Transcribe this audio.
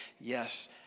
yes